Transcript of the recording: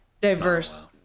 diverse